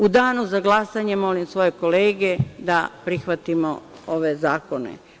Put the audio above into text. U danu za glasanje molim svoje kolege da prihvatimo ove zakone.